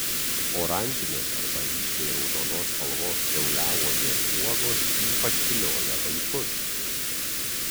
oranžinės arba ryškiai raudonos spalvos kiauliauogės uogos ypač vilioja vaikus